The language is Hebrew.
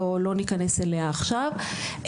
לא נכנס אליה עכשיו.